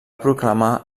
proclamar